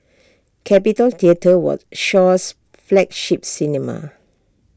capitol theatre was Shaw's flagship cinema